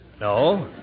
No